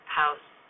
house